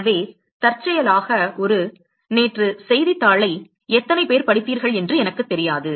எனவே தற்செயலாக ஒரு நேற்று செய்தித்தாளை எத்தனை பேர் படித்தீர்கள் என்று எனக்குத் தெரியாது